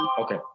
Okay